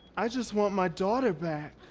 i just want my daughter back.